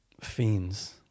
fiends